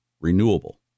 renewable